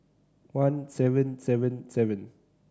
one seven seven seven